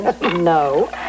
No